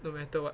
no matter what